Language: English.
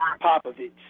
Popovich